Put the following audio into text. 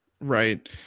Right